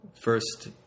first